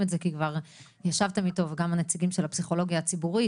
את זה כי כבר ישבתם איתו וגם הנציגים של הפסיכולוגיה הציבורית